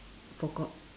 forgot